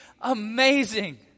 amazing